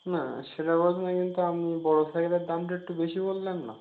না সেটা কথা নয় কিন্তু আপনি বড় সাইকেলের দামটা একটু বেশি বললেন না